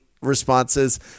responses